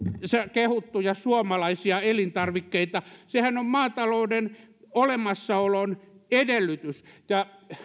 kehuttuja suomalaisia elintarvikkeita sehän on maatalouden olemassaolon edellytys ja